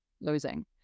losing